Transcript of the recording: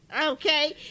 Okay